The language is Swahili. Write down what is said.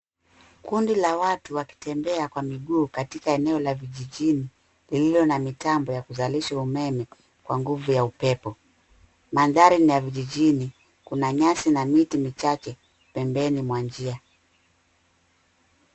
Kundi la watu wakitembea kwa miguu katika eneo la vijijini ,lililo na mitambo ya kuzalisha umeme kwa nguvu ya upepo. Mandhari ni ya vijijini, kuna nyasi na miti michache, pembeni mwa njia.